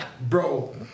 bro